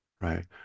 right